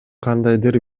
кандайдыр